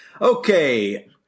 Okay